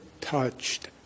touched